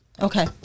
Okay